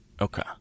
Okay